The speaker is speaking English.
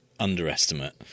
underestimate